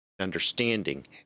understanding